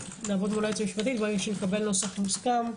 תעבדו מול היועצת המשפטית, נוסח מוסכם.